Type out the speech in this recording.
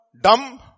dumb